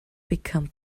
become